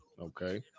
Okay